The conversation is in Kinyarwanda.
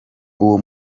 uwo